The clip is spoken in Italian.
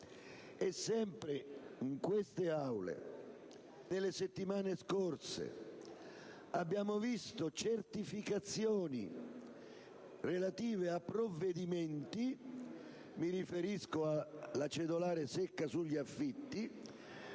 Sempre in queste Aule, nelle settimane scorse abbiamo visto certificazioni relative a provvedimenti - mi riferisco alla cedolare secca sugli affitti